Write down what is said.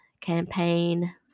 campaign